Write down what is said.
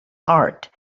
heart